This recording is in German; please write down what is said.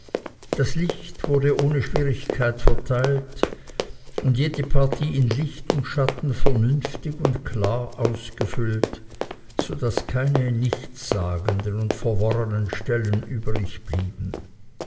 das licht wurde ohne schwierigkeit verteilt und jede partie in licht und schatten vernünftig und klar ausgefüllt so daß keine nichtssagenden und verworrenen stellen